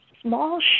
small